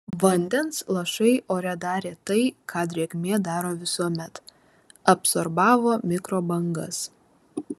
vandens lašai ore darė tai ką drėgmė daro visuomet absorbavo mikrobangas